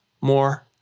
more